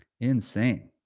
insane